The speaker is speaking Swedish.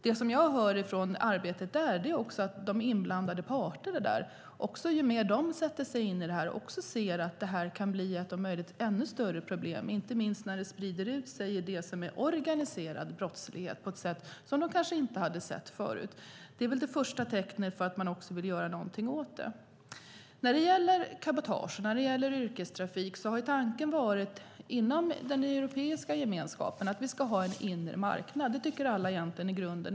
Det jag hör från arbetet där är att de inblandade parterna ju mer de sätter sig in i detta ser att det kan bli ett om möjligt större problem, inte minst när det sprider ut sig i det som är organiserad brottslighet på ett sätt de kanske inte har sett tidigare. Det är det första tecknet på att man vill göra någonting åt det. När det gäller cabotage och när det gäller yrkestrafik har tanken inom den europeiska gemenskapen varit att vi ska ha en inre marknad. Det tycker alla egentligen är bra i grunden.